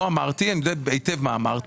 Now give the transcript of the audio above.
אני יודע היטב מה אמרתי.